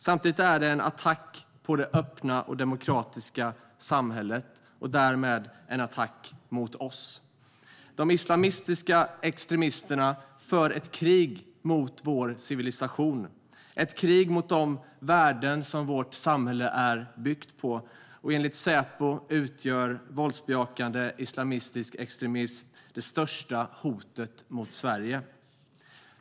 Samtidigt är det en attack på det öppna och demokratiska samhället och därmed en attack mot oss. De islamistiska extremisterna för ett krig mot vår civilisation, ett krig mot de värden som vårt samhälle är byggt på, och enligt Säpo utgör våldsbejakande islamistisk extremism det största hotet mot Sverige.